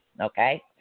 Okay